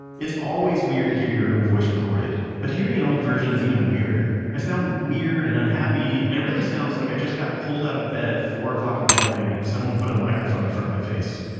it's always weird to hear your own voice recorded, but hearing an old version is even weirder. i sound weird and unhappy. and it really sounds like i got pulled out of bed at four o'clock in the morning and someone put a microphone in front of my face